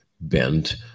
bent